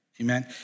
Amen